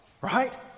Right